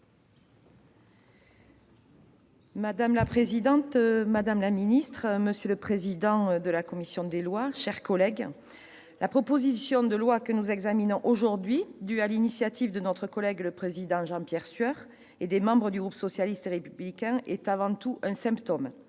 Madame la présidente, madame la ministre, monsieur le président de la commission des lois, chers collègues, la présentation de la proposition de loi que nous examinons aujourd'hui, due à l'initiative de M. Jean-Pierre Sueur et des membres du groupe socialiste et républicain, est avant tout un symptôme,